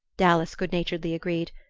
dallas good-naturedly agreed.